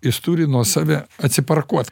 jis turi nuo save atsiparkuot